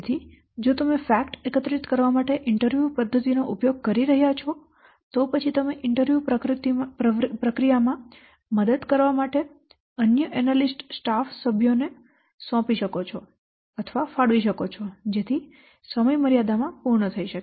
તેથી જો તમે ફેક્ટ એકત્રિત કરવા માટે ઇન્ટરવ્યૂ પદ્ધતિનો ઉપયોગ કરી રહ્યાં છો તો પછી તમે ઇન્ટરવ્યૂ પ્રક્રિયામાં મદદ કરવા માટે અન્ય એનાલિસ્ટ સ્ટાફ ને સોંપી શકો છો અથવા ફાળવી શકો છો જેથી સમયમર્યાદા માં પૂર્ણ થઈ શકે